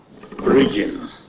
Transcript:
region